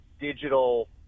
digital